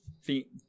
feet